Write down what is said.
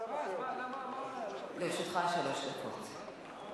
לרשותך שלוש דקות.